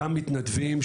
לגבי המתנדבים,